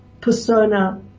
persona